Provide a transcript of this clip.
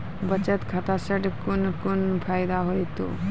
बचत खाता सऽ कून कून फायदा हेतु?